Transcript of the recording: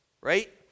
right